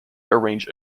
arranged